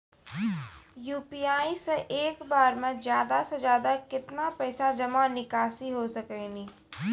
UPI से एक बार मे ज्यादा से ज्यादा केतना पैसा जमा निकासी हो सकनी हो?